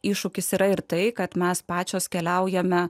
iššūkis yra ir tai kad mes pačios keliaujame